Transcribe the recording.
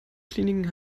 kliniken